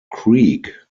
creek